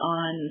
on